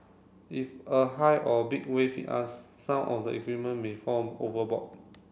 if a high or big wave hit us some of the equipment may fall overboard